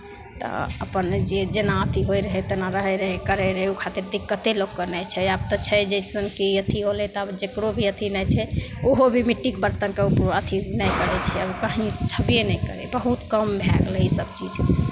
तऽ अपन जे जेना अथी होइत रहै तेना रहैत रहै करैत रहै ओहि खातिर दिक्कते लोककेँ नहि छै आब तऽ छै जइसन कि अथी होलै तब जकरो भी अथी नहि छै ओहो भी मिट्टीके बरतनके अथी नहि करै छै कहीं छेबे नहि करै बहुत कम भए गेलै इसभ चीज